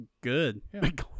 Good